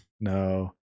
No